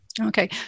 Okay